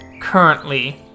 currently